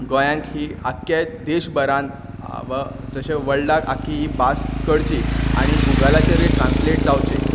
आख्या गोंयाक ही आख्या देशभरांत जशे वल्डाक आख्खी ही भास करची आनी गुगलाचेरूय ट्रान्सलेट जांवचे